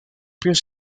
pies